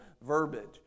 verbiage